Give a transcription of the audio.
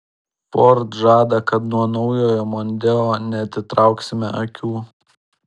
ford žada kad nuo naujojo mondeo neatitrauksime akių